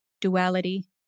duality